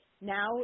now